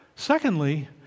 Secondly